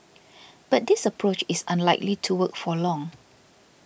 but this approach is unlikely to work for long